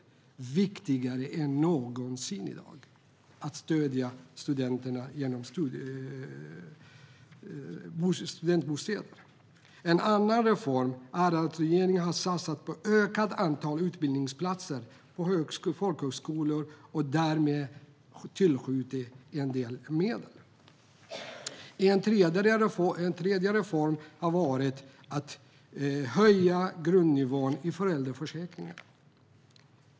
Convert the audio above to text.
Det är viktigare än någonsin i dag att stödja studenterna genom studentbostäder. En andra reform är att regeringen har satsat på ökat antal utbildningsplatser på folkhögskolor och därmed tillskjutit en del medel. En tredje reform har varit att höja grundnivån i föräldraförsäkringen.